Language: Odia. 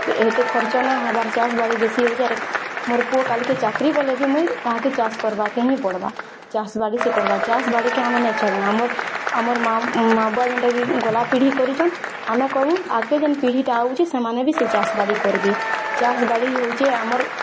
ହେତେ ଖର୍ଚ୍ଚ ନା ହେବାର୍ ଚାଷ୍ ବାଡ଼ି ବେଶୀ ହୋଉଛି ଆର୍ ମୋର୍ ପୁଅ କାଲ୍ କେ ଚାକିରୀ କଲେ ବି ମୁଇଁ ତାହାକେ ଚାଷ୍ କାରବାକେ ହିଁ ପଡ଼ବା ଚାଷ୍ ବାଡ଼ି ସେ କରବା ଚାଷ୍ ବାଡ଼ିକେ ଆମେ ନାଇଁ ଛାଡ଼ୁ ଆମର୍ ଆମର୍ ମା ମା ବୁଆ ଯେନ୍ତା କି ଗଲା ପିଢ଼ି କରିଛନ୍ ଆମେ କରିମୁ ଆଗକେ ଯେନ୍ ପିଢ଼ିଟା ଆଉଛି ସେମାନେ ବି ସେଇ ଚାଷ୍ ବାଡ଼ି କରବେ ଚାଷ୍ ବାଡ଼ି ହଉଛେ ଆମର୍